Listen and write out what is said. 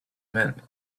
meant